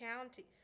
County